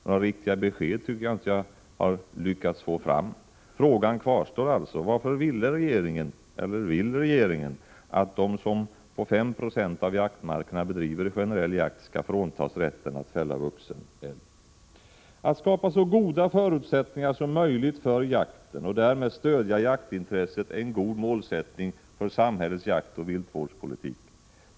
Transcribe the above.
Några riktiga besked tycker jag inte att jag har lyckats få fram. Frågan kvarstår alltså: Varför vill eller ville regeringen att de som på 5 260 av jaktmarkerna bedriver generell jakt skulle fråntas rätten att fälla vuxen älg? Att skapa så goda förutsättningar som möjligt för jakten och därmed stödja jaktintresset är en god målsättning för samhällets jaktoch viltvårdspolitik.